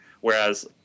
whereas